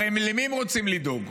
הרי למי הם רוצים לדאוג?